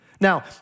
Now